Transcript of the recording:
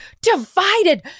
divided